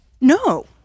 No